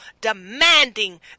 demanding